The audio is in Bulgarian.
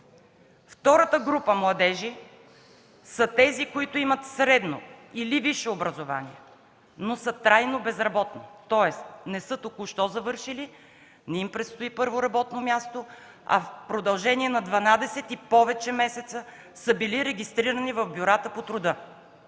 Втората група младежи са тези, които имат средно или висше образование, но са трайно безработни – не са току-що завършили, не им предстои първо работно място, а в продължение на 12 и повече месеца са били регистрирани в бюрата по труда.